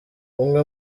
umwe